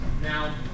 Now